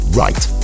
right